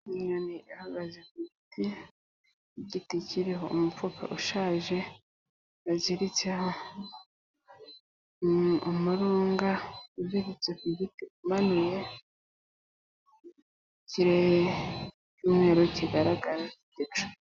Inyoni ihagaze ku giti, igiti kiriho umufuka ushaje, yaziritseho umurunga, uziritse ku giti umanuye, ikirere cy'umweru kigaragara igicu.